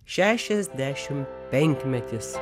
šešiasdešim penkmetis